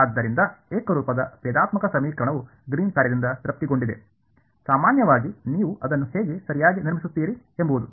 ಆದ್ದರಿಂದ ಏಕರೂಪದ ಭೇದಾತ್ಮಕ ಸಮೀಕರಣವು ಗ್ರೀನ್ನ ಕಾರ್ಯದಿಂದ ತೃಪ್ತಿಗೊಂಡಿದೆ ಸಾಮಾನ್ಯವಾಗಿ ನೀವು ಅದನ್ನು ಹೇಗೆ ಸರಿಯಾಗಿ ನಿರ್ಮಿಸುತ್ತೀರಿ ಎಂಬುದು